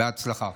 בהצלחה.